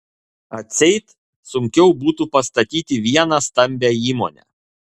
atseit sunkiau būtų pastatyti vieną stambią įmonę